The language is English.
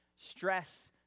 Stress